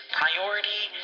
priority